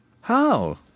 How